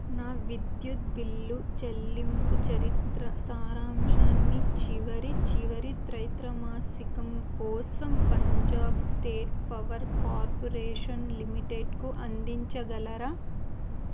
నా విద్యుత్ బిల్లు చెల్లింపు చరిత్ర సారాంశాన్ని చివరి చివరి త్రైమాసికం కోసం పంజాబ్ స్టేట్ పవర్ కార్పొరేషన్ లిమిటెడ్కు అందించగలరా